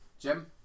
Jim